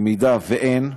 אם אין,